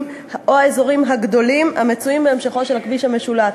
או האזורים הגדולים המצויים בהמשכו של הכביש המשולט,